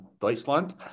Deutschland